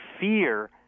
fear